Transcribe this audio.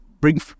bring